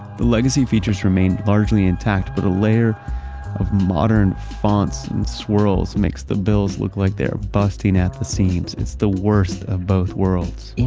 the legacy features remain largely intact, but a layer of modern fonts and swirls makes the bills look like they are bursting at the seams. it's the worst of both worlds. you know,